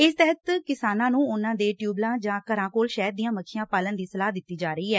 ਇਸ ਤਹਿਤ ਕਿਸਾਨਾਂ ਨੂੰ ਉਹਨਾਂ ਦੇ ਟਿਊਬਵੈੱਲਾਂ ਜਾਂ ਘਰਾਂ ਕੋਲ ਸ਼ਹਿਦ ਦੀਆਂ ਮੱਖੀਆਂ ਪਾਲਣ ਦੀ ਸਲਾਹ ਦਿੱਤੀ ਜਾ ਰਹੀ ਹੈ